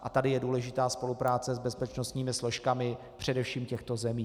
A tady je důležitá spolupráce s bezpečnostními složkami především těchto zemí.